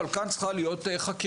אבל כאן צריכה להיות חקירה,